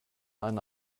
einen